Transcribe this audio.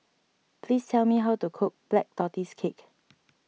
please tell me how to cook Black Tortoise Cake